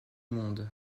monde